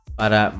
para